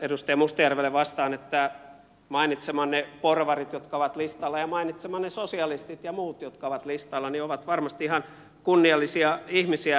edustaja mustajärvelle vastaan että mainitsemanne porvarit jotka ovat listalla ja mainitsemanne sosialistit ja muut jotka ovat listalla ovat varmasti ihan kunniallisia ihmisiä